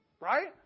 right